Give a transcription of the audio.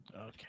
Okay